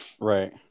Right